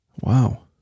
Wow